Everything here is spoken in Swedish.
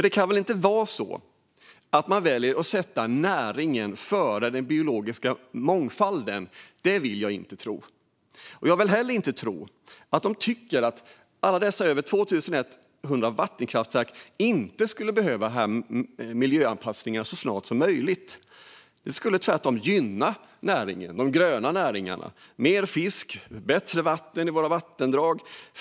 Det kan väl inte vara så att man sätter näringen före den biologiska mångfalden? Det vill jag inte tro. Och jag vill heller inte tro att centerpartisterna tycker att alla dessa över 2 100 vattenkraftverk inte behöver miljöanpassning så snart som möjligt. Det skulle tvärtom gynna de gröna näringarna med mer fisk och bättre vatten i vattendragen.